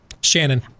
Shannon